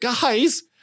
guys